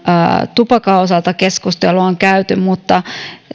tupakan osalta keskustelua on käyty mutta